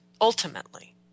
Ultimately